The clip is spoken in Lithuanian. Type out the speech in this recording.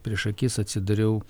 prieš akis atsidariau